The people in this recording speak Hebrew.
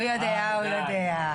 הוא יודע, הוא יודע.